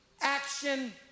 action